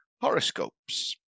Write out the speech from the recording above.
horoscopes